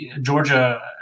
Georgia